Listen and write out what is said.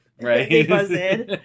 Right